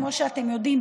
כמו שאתם יודעים,